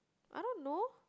I don't know